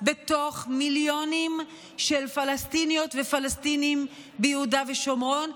בתוך מיליונים של פלסטיניות ופלסטינים ביהודה ושומרון,